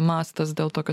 mastas dėl tokio